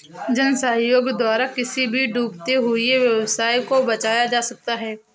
जन सहयोग द्वारा किसी भी डूबते हुए व्यवसाय को बचाया जा सकता है